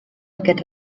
aquest